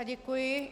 Děkuji.